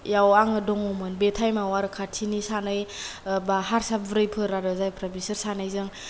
आव आङो दङमोन बे टाइमाव आरो खाथिनि सानै बा हारसा बुरैफोर आरो जायफ्रा बेसोर सानैजों